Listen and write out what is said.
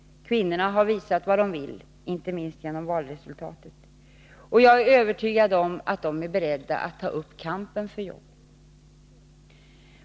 Kvinnorna har visat vad de vill, inte minst genom valresultatet, och jag är övertygad att de är beredda att ta upp kampen för jobben.